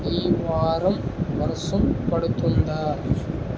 ఈ వారం వర్షం పడుతుందా